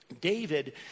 David